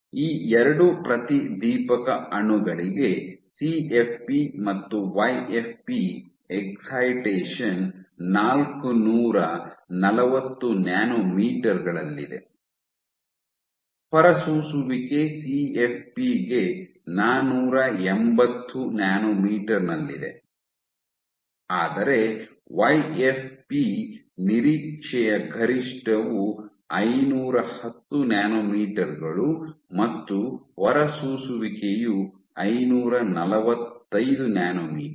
ಈ ಎರಡು ಪ್ರತಿದೀಪಕ ಅಣುಗಳಿಗೆ ಸಿಎಫ್ಪಿ ಮತ್ತು ವೈಎಫ್ಪಿ ಎಕ್ಸೈಟೆಷನ್ ನಾಲ್ಕು ನೂರು ನಲವತ್ತು ನ್ಯಾನೊಮೀಟರ್ ಗಳಲ್ಲಿದೆ ಹೊರಸೂಸುವಿಕೆ ಸಿಎಫ್ಪಿ ಗೆ ನಾನೂರ ಎಂಭತ್ತು ನ್ಯಾನೊಮೀಟರ್ ನಲ್ಲಿದೆ ಆದರೆ ವೈಎಫ್ಪಿ ಗೆ ನಿರೀಕ್ಷೆಯ ಗರಿಷ್ಠವು ಐನೂರ ಹತ್ತು ನ್ಯಾನೊಮೀಟರ್ ಗಳು ಮತ್ತು ಹೊರಸೂಸುವಿಕೆಯು ಐನೂರ ನಲವತ್ತೈದು ನ್ಯಾನೊಮೀಟರ್